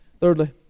Thirdly